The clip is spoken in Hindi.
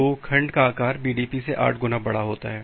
तो खंड का आकार बीडीपी से आठ गुना बड़ा है